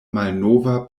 malnova